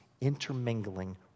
intermingling